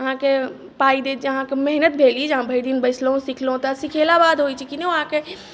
अहाँके पाइ देत जे अहाँके मेहनत भेल ई जे अहाँ भरि दिन बैसलहुँ सिखलहुँ तऽ सिखेलाके बाद होइत छै कि ओ अहाँके